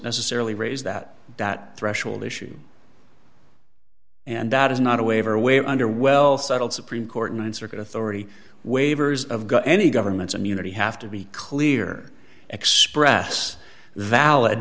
necessarily raise that that threshold issue and that is not a waiver where under well settled supreme court and circuit authority waivers of the any government's immunity have to be clear xpress